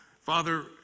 Father